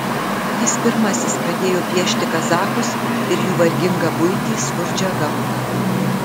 jis pirmasis pradėjo piešti kazachus ir jų vargingą buitį skurdžią gamtą